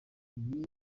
ibi